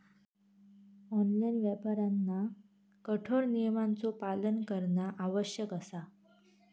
online व्यापाऱ्यांना कठोर नियमांचो पालन करणा आवश्यक असा